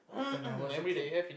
when I was a kid